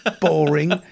boring